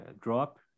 drop